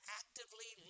actively